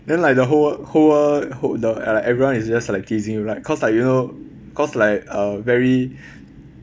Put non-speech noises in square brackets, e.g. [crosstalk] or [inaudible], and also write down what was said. then like the whole world whole world the and like everyone is just like teasing you right cause like you know cause like uh very [breath]